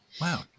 wow